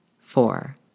Four